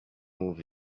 move